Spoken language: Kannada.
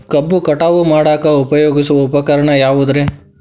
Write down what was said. ಕಬ್ಬು ಕಟಾವು ಮಾಡಾಕ ಉಪಯೋಗಿಸುವ ಉಪಕರಣ ಯಾವುದರೇ?